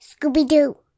Scooby-Doo